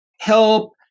help